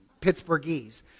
Pittsburghese